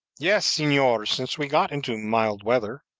yes, senor, since we got into mild weather.